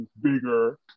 bigger